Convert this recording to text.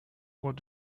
what